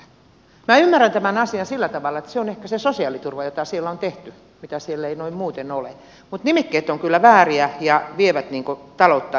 minä ymmärrän tämän asian sillä tavalla että se on ehkä se sosiaaliturva jota siellä on tehty mitä siellä ei noin muuten ole mutta nimikkeet ovat kyllä vääriä ja vievät taloutta ihan väärään suuntaan